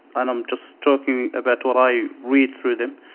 and i'm just talking about what i read through them,